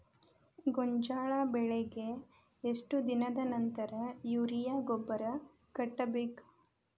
ಗೋಂಜಾಳ ಬೆಳೆಗೆ ಎಷ್ಟ್ ದಿನದ ನಂತರ ಯೂರಿಯಾ ಗೊಬ್ಬರ ಕಟ್ಟಬೇಕ?